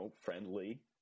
friendly